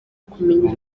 kumenya